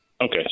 okay